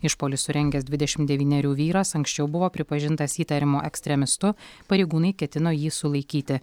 išpuolį surengęs dvidešim devynerių vyras anksčiau buvo pripažintas įtariamu ekstremistu pareigūnai ketino jį sulaikyti